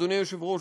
אדוני היושב-ראש,